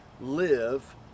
live